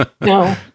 No